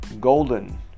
golden